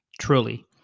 truly